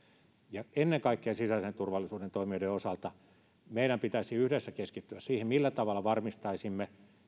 ennen kaikkea sisäisen turvallisuuden toimijoiden osalta meidän pitäisi yhdessä keskittyä siihen millä tavalla varmistaisimme